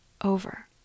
over